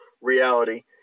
reality